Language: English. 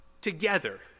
together